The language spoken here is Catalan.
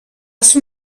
ser